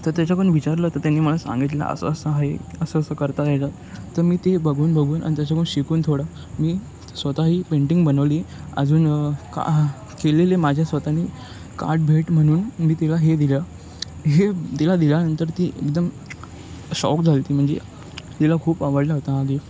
तर त्याच्याकडून विचारलं तर त्यांनी मला सांगितलं असं असं आहे असं असं करता राहिलं तर मी ते बघून बघून आणि त्याच्याकून शिकून थोडं मी स्वतःही पेंटिंग बनवली अजून का केलेले माझ्या स्वतःने काड भेट म्हणून मी तिला हे दिलं हे तिला दिल्यानंतर ती एकदम शौक झाली ती म्हणजे तिला खूप आवडला होता आधी